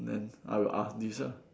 then I will ask this ah